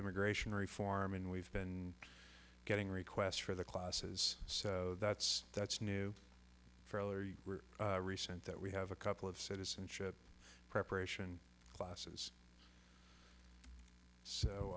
immigration reform and we've been getting requests for the classes so that's that's new fairly recent that we have a couple of citizenship preparation classes